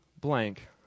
blank